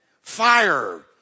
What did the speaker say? fire